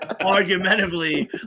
argumentatively